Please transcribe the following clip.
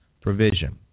provision